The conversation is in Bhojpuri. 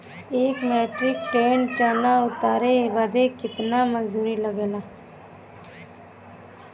एक मीट्रिक टन चना उतारे बदे कितना मजदूरी लगे ला?